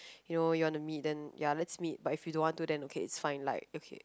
you know you want to meet then ya let's meet but if you don't want to then okay it's fine like okay